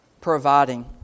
providing